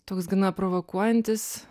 toks gana provokuojantis